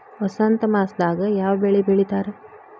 ವಸಂತ ಮಾಸದಾಗ್ ಯಾವ ಬೆಳಿ ಬೆಳಿತಾರ?